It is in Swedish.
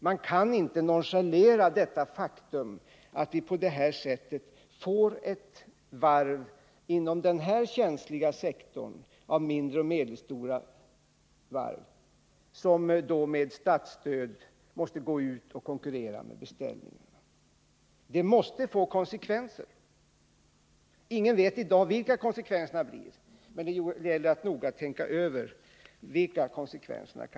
Man kan inte nonchalera det faktum att vi på det här sättet får ett varv inom den känsliga sektor där de mindre och medelstora varven finns och där man med statsstöd måste gå ut och konkurrera om beställningar. Detta måste få konsekvenser. Ingen vet i dag vilka de blir, men det gäller att noga tänka över detta.